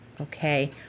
Okay